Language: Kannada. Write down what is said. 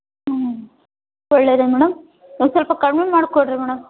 ಹ್ಞೂ ಒಳ್ಳೆಯದೆ ಮೇಡಮ್ ಒಂದು ಸ್ವಲ್ಪ ಕಡಿಮೆ ಮಾಡಿಕೊಡ್ರಿ ಮೇಡಮ್